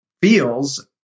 feels